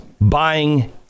buying